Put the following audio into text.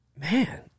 man